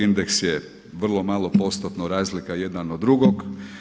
Indeks je vrlo malo postotno razlika jedan od drugog.